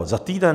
Za týden?